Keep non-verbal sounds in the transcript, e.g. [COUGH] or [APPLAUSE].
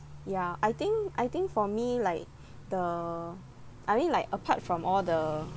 ya I think I think for me like [BREATH] the I mean like apart from all the